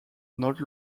not